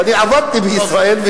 ואני עבדתי בישראל,